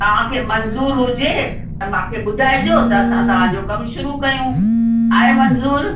तव्हांखे मंज़ूर हुजे त मांखे ॿुधाइजो त असां तव्हांजो कमु शुरू कयूं आहे मंज़ूर